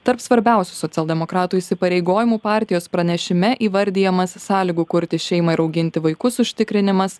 tarp svarbiausių socialdemokratų įsipareigojimų partijos pranešime įvardijamas sąlygų kurti šeimą ir auginti vaikus užtikrinimas